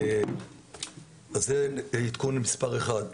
וזה עדכון מספר אחד.